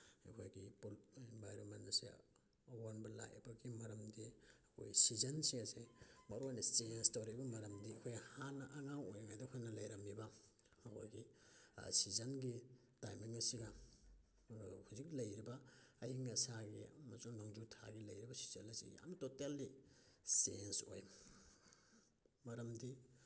ꯑꯩꯈꯣꯏꯒꯤ ꯏꯟꯚꯥꯏꯔꯣꯟꯃꯦꯟ ꯑꯁꯦ ꯑꯑꯣꯟꯕ ꯂꯥꯛꯏꯕꯒꯤ ꯃꯔꯝꯗꯤ ꯑꯩꯈꯣꯏ ꯁꯤꯖꯟ ꯆꯦꯟꯖꯁꯦ ꯃꯔꯨꯑꯣꯏꯅ ꯆꯦꯟꯖ ꯇꯧꯔꯤꯕꯒꯤ ꯃꯔꯝꯗꯤ ꯑꯩꯈꯣꯏ ꯍꯥꯟꯅ ꯑꯉꯥꯡ ꯑꯣꯏꯔꯤꯉꯩꯗ ꯑꯩꯈꯣꯏꯅ ꯂꯩꯔꯝꯃꯤꯕ ꯑꯩꯈꯣꯏꯒꯤ ꯁꯤꯖꯟꯒꯤ ꯇꯥꯏꯃꯤꯡ ꯑꯁꯤꯒ ꯍꯧꯖꯤꯛ ꯂꯩꯔꯤꯕ ꯑꯌꯤꯡ ꯑꯁꯥꯒꯤ ꯑꯃꯁꯨꯡ ꯅꯣꯡꯖꯨ ꯊꯥꯒꯤ ꯂꯩꯔꯤꯕ ꯁꯤꯖꯟ ꯑꯁꯤ ꯌꯥꯝꯅ ꯇꯣꯇꯦꯜꯂꯤ ꯆꯦꯟꯖ ꯑꯣꯏ ꯃꯔꯝꯗꯤ